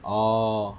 oh